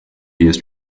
years